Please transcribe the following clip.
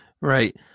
right